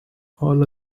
all